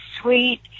sweet